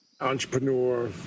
entrepreneur